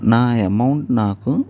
నా అమౌంట్ నాకు